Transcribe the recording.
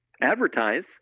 advertise